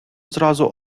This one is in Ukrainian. зразу